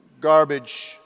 garbage